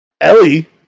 Ellie